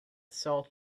salt